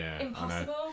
impossible